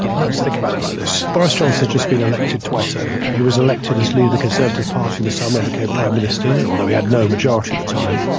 let's think about it like this. boris johnson has just been elected twice over. he was elected as leader. the conservative party in the summer became prime minister, although he had no majority of the time.